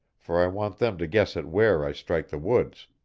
for i want them to guess at where i strike the woods.